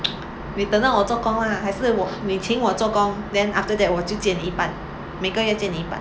你等到我做工 lah 还是我你请我做工 then after that 我就借你一半每个月借你一半